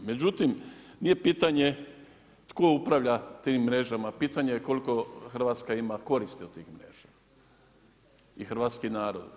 Međutim, nije pitanje tko upravlja tim mrežama, pitanje je koliko Hrvatska ima koristi od tih mreža i hrvatski narod.